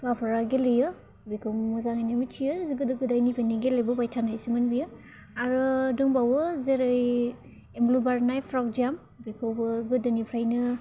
हुवाफोरा गेलेयो बेखौ मोजाङैनो मिथियो गोदो गोदायनिफ्रायनो गेलेबोबाय थानायसोमोन बेयो आरो दंबावो जेरै एमब्लु बारनाय प्रग जाम्प बेखौबो गोदोनिफ्रायनो